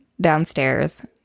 downstairs